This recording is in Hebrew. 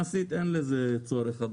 אדוני, אם אין לזה משמעות מעשית, אין בזה צורך.